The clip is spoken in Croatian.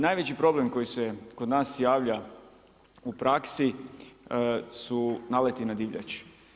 Najveći problem koji se kod nas javlja u praksi su naleti na divljač.